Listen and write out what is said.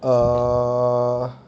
err